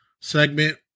segment